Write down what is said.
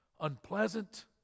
Unpleasant